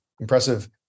impressive